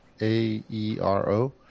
A-E-R-O